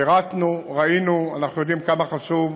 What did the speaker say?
שירתנו, ראינו, אנחנו יודעים כמה חשוב,